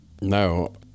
No